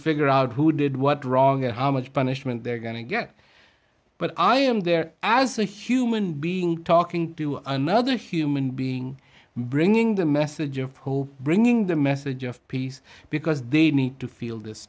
figure out who did what wrong or how much punishment they're going to get but i am there as a human being talking to another human being bringing the message of hope bringing the message of peace because they need to feel this